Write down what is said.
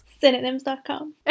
Synonyms.com